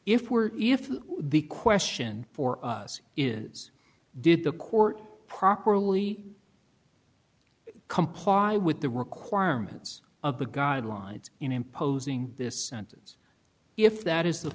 if we're if the question for us is did the court properly comply with the requirements of the guidelines in imposing this sentence if that is the